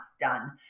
done